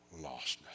lostness